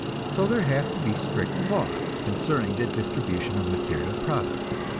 so there have to be strict laws concerning the distribution of material products.